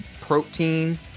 protein